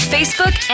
facebook